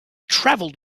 travelled